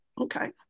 okay